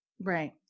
Right